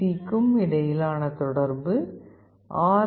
சிக்கும் இடையிலான தொடர்பு ஆர்